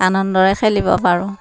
আনন্দৰে খেলিব পাৰোঁ